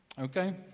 Okay